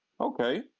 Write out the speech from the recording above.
okay